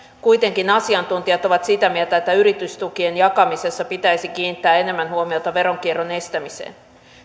kuitenkin asiantuntijat ovat sitä mieltä että yritystukien jakamisessa pitäisi kiinnittää enemmän huomiota veronkierron estämiseen